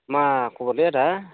मा खबरलै आदा